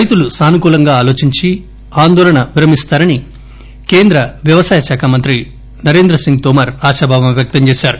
రైతులు సానుకూలంగా ఆలోచించి ఆందోళన విరమిస్తారని కేంద్ర వ్యవసాయ మంత్రి నరేంద్రసింగ్ తోమర్ ఆశాభావం వ్యక్తంచేశారు